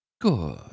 Good